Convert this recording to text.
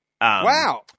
Wow